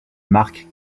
mark